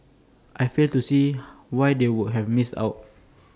I fail to see why they would have missed out